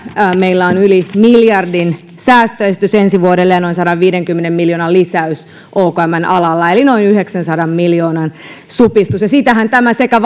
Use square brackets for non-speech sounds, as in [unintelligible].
meillä on yli miljardin säästöesitys ensi vuodelle ja noin sadanviidenkymmenen miljoonan lisäys okmn alalla eli noin yhdeksänsadan miljoonan supistus ja siitähän tämä sekä [unintelligible]